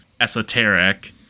esoteric